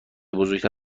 بزرگتر